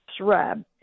shrub